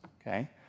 Okay